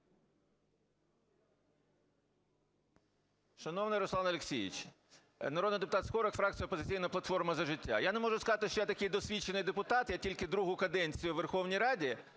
Шановний Руслан Олексійович! Народний депутат Скорик, фракція "Опозиційна платформа – За життя". Я не можу сказати, що я такий досвідчений депутат, я тільки другу каденцію у Верховній Раді,